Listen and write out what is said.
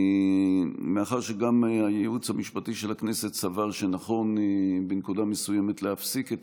מאחר שגם הייעוץ המשפטי של הכנסת סבר שנכון בנקודה מסוימת להפסיק את